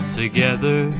together